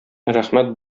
рәхмәт